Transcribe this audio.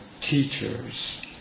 teachers